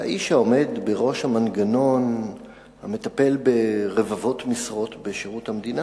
האיש העומד בראש המנגנון המטפל ברבבות משרות בשירות המדינה,